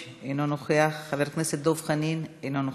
עמר בר-לב, לא נמצא, חבר הכנסת מיקי לוי, מוותר,